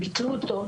ביטלו אותו,